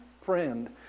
friend